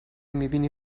میبینی